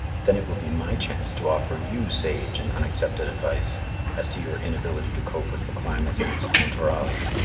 then it will be my chance to offer you sage and unaccepted advice as to your inability to cope with the climate and its entourage.